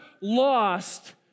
lost